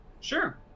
sure